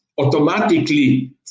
automatically